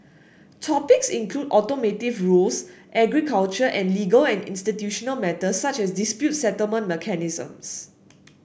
topics include automotive rules agriculture and legal and institutional matters such as dispute settlement mechanisms